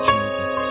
Jesus